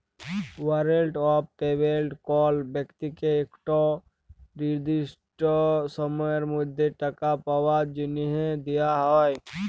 warrant of payment কল ব্যক্তিকে ইকট লিরদিসট সময়ের মধ্যে টাকা পাউয়ার জ্যনহে দিয়া হ্যয়